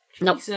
Nope